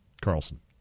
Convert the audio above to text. Carlson